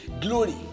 Glory